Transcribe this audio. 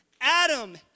Adam